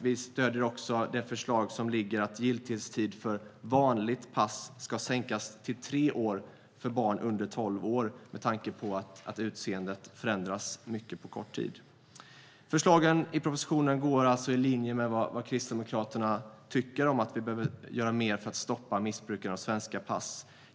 Vi stöder också det förslag som föreligger om att giltighetstiden för vanligt pass ska sänkas till tre år för barn under tolv år, med tanke på att barns utseende förändras mycket på kort tid. Förslagen i propositionen går alltså i linje med vad Kristdemokraterna tycker om att vi behöver göra mer för att stoppa missbruket av svenska pass.